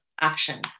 action